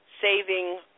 saving